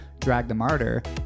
dragthemartyr